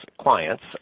clients